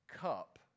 cup